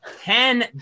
Ten